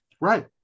Right